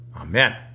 Amen